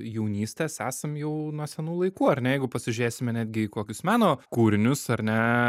jaunystės esam jau nuo senų laikų ar ne jeigu pasižiūrėsime netgi į kokius meno kūrinius ar ne